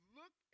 look